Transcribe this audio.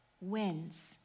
wins